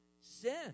sin